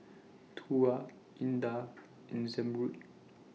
Tuah Indah and Zamrud